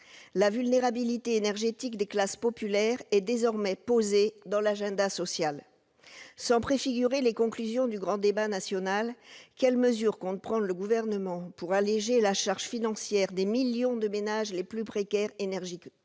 La vulnérabilité énergétique des classes populaires est désormais posée dans l'agenda social. Sans préfigurer les conclusions du grand débat national, quelles mesures compte prendre le Gouvernement pour alléger la charge financière des millions de ménages les plus précaires énergétiquement